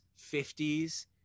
50s